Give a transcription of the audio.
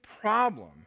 problem